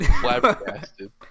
flabbergasted